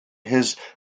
his